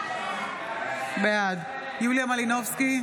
בעד יוליה מלינובסקי,